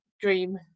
dream